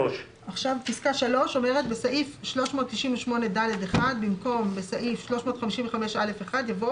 (3)בסעיף 298(ד1) במקום "בסעיף 355(א1)" יבוא